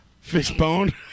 Fishbone